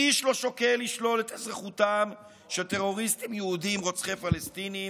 איש לא שוקל לשלול את אזרחותם של טרוריסטים יהודים רוצחי פלסטינים,